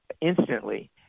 instantly